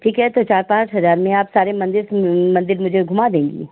ठीक है तो चार पाँच हज़ार में आप सारे मन्दिर मन्दिर मुझे घुमा देंगी